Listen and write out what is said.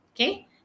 Okay